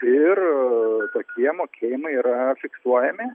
ir tokie mokėjimai yra fiksuojami